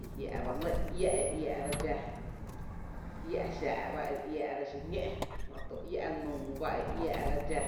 i jia’ ba lɇ iä’ ere iäá’ra dxáá, iä’ xⱥⱥ’ ba ere iⱥⱥ’ ra xiñó’, jötu iä’ nuu ba ere iää’ra dxⱥⱥ.